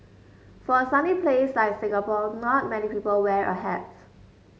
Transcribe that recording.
for a sunny place like Singapore not many people wear a hats